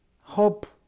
hope